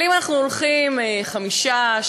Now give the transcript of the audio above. אם אנחנו הולכים חמישה,